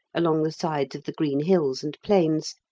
along the sides of the green hills and plains,